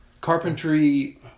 Carpentry